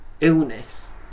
illness